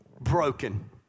broken